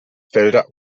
felder